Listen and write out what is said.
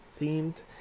themed